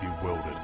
bewildered